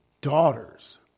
daughters